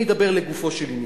אני אדבר לגופו של עניין.